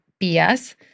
BS